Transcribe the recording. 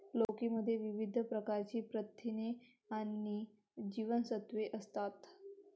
लौकी मध्ये विविध प्रकारची प्रथिने आणि जीवनसत्त्वे असतात